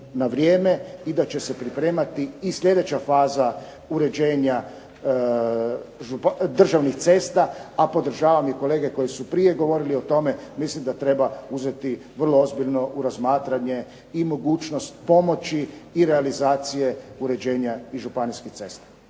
na vrijeme i da će se pripremati i sljedeća faza uređenja državnih cesta. A podržavam i kolege koji su prije govorili o tome, mislim da treba uzeti vrlo ozbiljno u razmatranje i mogućnost pomoći i realizacije uređenja i županijskih cesta.